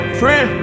friend